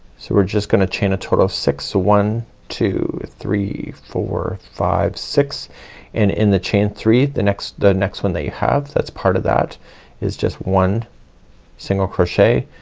so we're just gonna chain a total of six. so one, two, three, four, five, six and in the chain three the next, the next one that have that's part of that is just one single crochet,